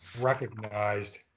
recognized